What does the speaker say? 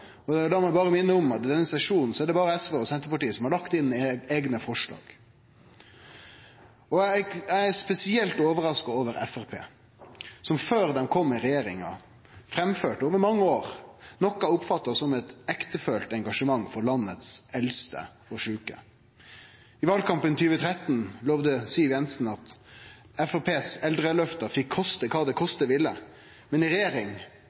faktisk å forandre. Da må eg berre minne om at det i denne sesjonen berre er SV og Senterpartiet som har kome med eigne forslag. Eg er spesielt overraska over Framstegspartiet, som før dei kom i regjering, over mange år framførte noko eg oppfatta som eit ektefølt engasjement for dei eldste og sjuke i landet. I valkampen 2013 lovde Siv Jensen at eldreløftet til Framstegspartiet fekk koste kva det koste ville, men i regjering